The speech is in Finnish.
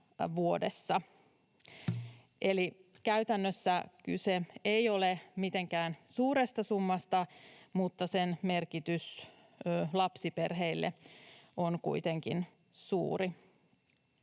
käytännössä kyse ei ole mitenkään suuresta summasta, mutta sen merkitys lapsiperheille on kuitenkin suuri.